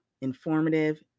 informative